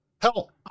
Hell